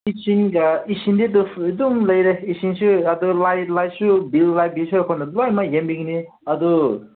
ꯏꯁꯤꯡꯒ ꯏꯁꯤꯡꯗꯤ ꯑꯗꯨꯝ ꯂꯩꯔꯦ ꯏꯁꯤꯡꯁꯨ ꯑꯗꯨꯒ ꯂꯥꯏꯠ ꯂꯥꯏꯠꯁꯨ ꯕꯤꯜ ꯂꯥꯏꯠ ꯕꯤꯜꯁꯨ ꯑꯩꯈꯣꯏꯅ ꯂꯣꯏꯅꯃꯛ ꯌꯦꯡꯕꯤꯒꯅꯤ ꯑꯗꯨ